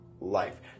life